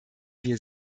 wir